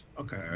Okay